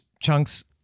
chunks